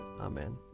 Amen